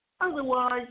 Otherwise